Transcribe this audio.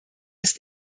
ist